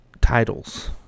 titles